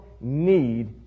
need